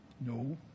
No